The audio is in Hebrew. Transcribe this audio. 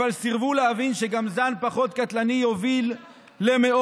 אבל סירבו להבין שגם זן פחות קטלני יוביל למאות